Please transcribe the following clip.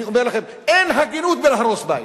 אני אומר לכם, אין הגינות בלהרוס בית,